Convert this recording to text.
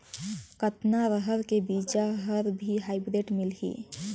कतना रहर के बीजा हर भी हाईब्रिड मिलही?